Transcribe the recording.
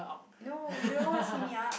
no you don't know what is hit me up